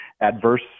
adverse